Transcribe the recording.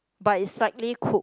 but is slightly cook